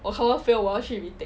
我 confirm fail 我要去 retake 了